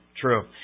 true